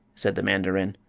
said the mandarin,